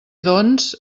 doncs